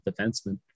defenseman